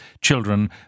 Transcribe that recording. children